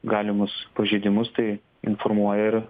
galimus pažeidimus tai informuoja ir